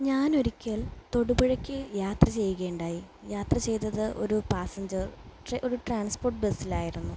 ഞാനൊരിക്കൽ തൊടുപുഴയ്ക്ക് യാത്ര ചെയ്യുകയുണ്ടായി യാത്ര ചെയ്തത് ഒരു പാസഞ്ചർ ഒരു ട്രാൻസ്പോർട്ട് ബസ്സിലായിരുന്നു